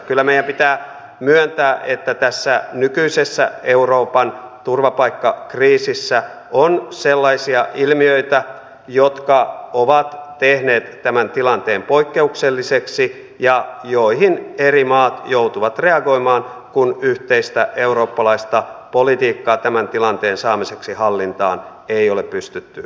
kyllä meidän pitää myöntää että tässä nykyisessä euroopan turvapaikkakriisissä on sellaisia ilmiöitä jotka ovat tehneet tämän tilanteen poikkeukselliseksi ja joihin eri maat joutuvat reagoimaan kun yhteistä eurooppalaista politiikkaa tämän tilanteen saamiseksi hallintaan ei ole pystytty löytämään